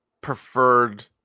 preferred